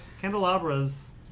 candelabras